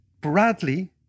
bradley